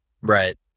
Right